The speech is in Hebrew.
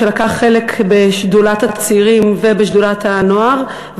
שלקח חלק בשדולת הצעירים ובשדולת הנוער,